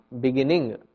beginning